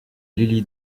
lily